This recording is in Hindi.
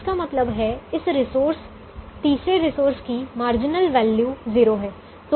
इसका मतलब है इस रिसोर्स तीसरे रिसोर्स की मार्जिनल वैल्यू 0 है